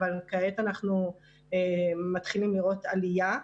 אבל כעת אנחנו מתחילים לראות עלייה,